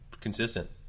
consistent